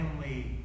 family